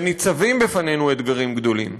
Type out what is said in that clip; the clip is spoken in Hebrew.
וניצבים בפנינו אתגרים גדולים.